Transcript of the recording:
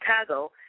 Chicago